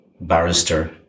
barrister